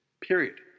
Period